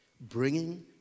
bringing